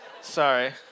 Sorry